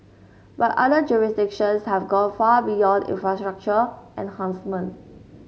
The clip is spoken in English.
but other jurisdictions have gone far beyond infrastructure enhancements